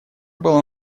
было